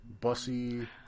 bussy